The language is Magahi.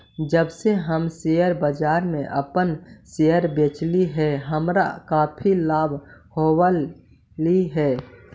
जब से हम शेयर बाजार में अपन शेयर बेचली हे हमारा काफी लाभ होलई हे